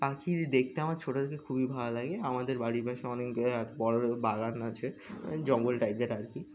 পাখি দেখতে আমার ছোটো থেকে খুবই ভালো লাগে আমাদের বাড়ির পাশে অনেক বড় বড় বাগান আছে জঙ্গল টাইপের আর কি